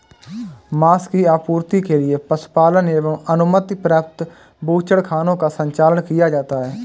माँस की आपूर्ति के लिए पशुपालन एवं अनुमति प्राप्त बूचड़खानों का संचालन किया जाता है